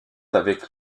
avec